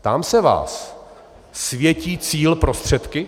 Ptám se vás: světí cíl prostředky?